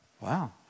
Wow